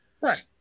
right